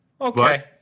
okay